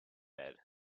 bed